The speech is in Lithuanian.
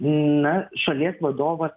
na šalies vadovas